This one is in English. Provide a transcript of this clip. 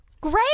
Great